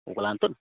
ওগোলান তো